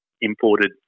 imported